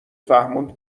فهموند